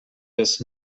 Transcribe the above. des